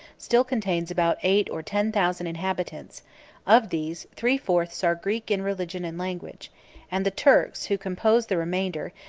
still contains about eight or ten thousand inhabitants of these, three fourths are greeks in religion and language and the turks, who compose the remainder,